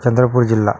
चंद्रपूर जिल्हा